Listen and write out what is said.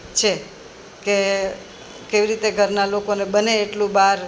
છે તે કેવી રીતે ઘરના લોકોને બને એટલું બહાર